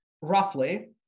roughly